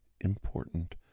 important